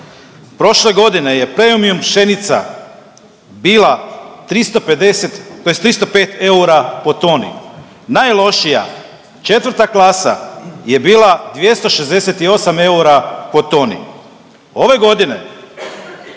Prošle godine je premium pšenica bila 350 tj. 305 eura po toni, najlošija 4. klasa je bila 268 eura po toni, ove godine,